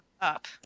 up